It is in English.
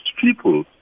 people